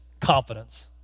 confidence